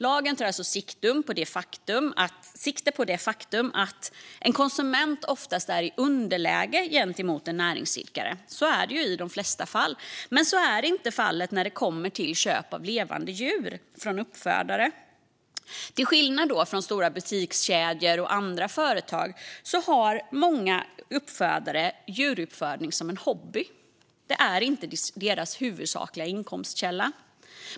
Lagen tar alltså sikte på det faktum att en konsument oftast är i underläge gentemot en näringsidkare. Så är det i de flesta fall, dock inte när det kommer till köp av levande djur från uppfödare. Till skillnad från stora butikskedjor och andra företag har många uppfödare djuruppfödning som en hobby, inte som sin huvudsakliga inkomstkälla.